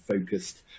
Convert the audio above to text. focused